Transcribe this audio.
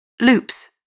Loops